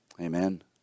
Amen